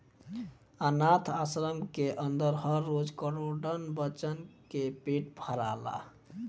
आनाथ आश्रम के अन्दर हर रोज करोड़न बच्चन के पेट भराला